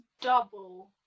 double